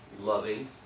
loving